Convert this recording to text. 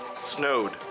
snowed